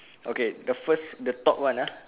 okay the first the top one ah